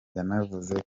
yanavuze